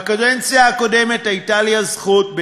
בקדנציה הקודמת הייתה לי הזכות,